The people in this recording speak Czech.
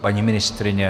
Paní ministryně?